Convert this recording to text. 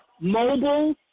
mobile